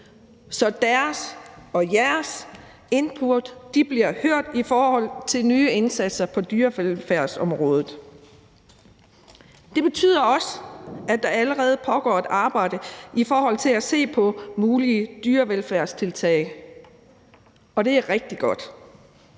så deres og jeres input bliver hørt i forhold til nye indsatser på dyrevelfærdsområdet. Det betyder også, at der allerede pågår et arbejde i forhold til at se på mulige dyrevelfærdstiltag, og det er rigtig godt.